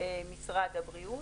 משרד הבריאות.